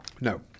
No